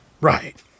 Right